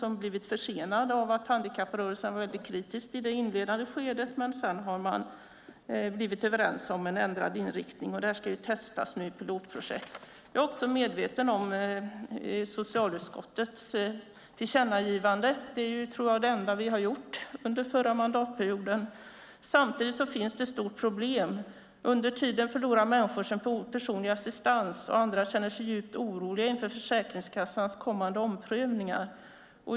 Detta har blivit försenat av att handikapprörelsen var väldigt kritisk i det inledande skedet. Sedan har man dock blivit överens om en ändrad inriktning, och detta ska nu testas i pilotprojekt. Jag är också medveten om socialutskottets tillkännagivande. Det tror jag är det enda vi har gjort under förra mandatperioden. Samtidigt finns det ett stort problem: Under tiden förlorar människor sin personliga assistans, och andra känner sig djupt oroliga inför Försäkringskassans kommande omprövningar.